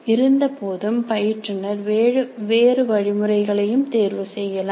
இருந்தபோதும் பயிற்றுநர் வேறு வழிமுறைகளையும் தேர்வு செய்யலாம்